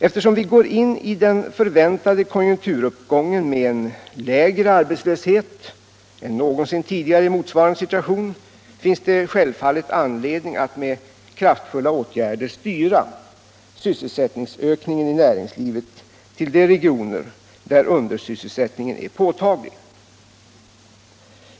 Eftersom vi går in i den förväntade konjunkturuppgången med en lägre arbetslöshet än någonsin tidigare i motsvarande situation, finns det självfallet anledning att med kraftfulla åtgärder styra sysselsättningsökningen i näringslivet till de regioner där undersysselsättningen är påtaglig.